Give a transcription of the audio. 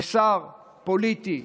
לשר פוליטי.